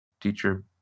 teacher